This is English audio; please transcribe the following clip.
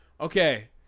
Okay